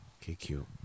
KQ